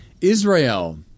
Israel